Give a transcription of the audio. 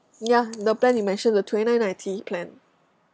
ya the plan you mentioned the twenty nine ninety plan